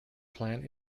plant